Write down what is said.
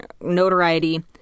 notoriety